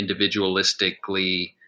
individualistically